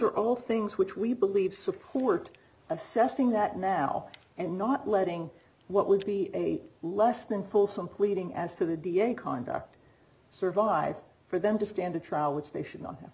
are all things which we believe support assessing that now and not letting what would be a less than full some pleading as to the d a conduct survive for them to stand a trial which they should not have